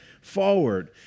forward